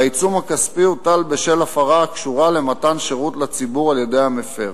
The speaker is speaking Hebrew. והעיצום הכספי הוטל בשל הפרה הקשורה למתן שירות לציבור על-ידי המפר.